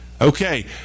Okay